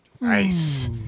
Nice